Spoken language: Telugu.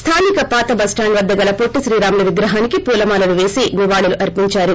స్టానిక పాత బస్టాండ్ వద్ద గల పొట్లి శ్రీరాములు విగ్రహానికి పూలమాలలు పేసి నివాళులు అర్పించారు